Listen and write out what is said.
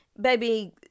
baby